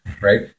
right